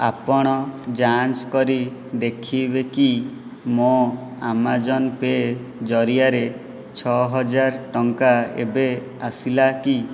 ଆପଣ ଯାଞ୍ଚ କରି ଦେଖିବେ କି ମୋ ଆମାଜନ୍ ପେ ଜରିଆରେ ଛଅହଜାର ଟଙ୍କା ଏବେ ଆସିଲା କି